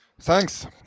Thanks